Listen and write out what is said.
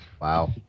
Wow